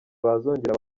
bazongera